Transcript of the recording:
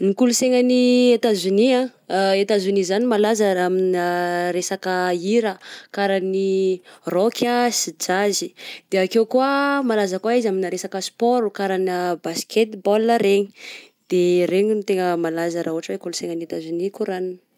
Ny kolonsaina any Etazonia ah, Etazonia zany malaza raha amigna resaka hira karaha ny rock ah sy jazz, de akeo koa malaza koa izy amigna resaka sport karaha na basket ball regny de regny tegna malaza raha ohatra hoe kolonsaina any Etazonia koragnina.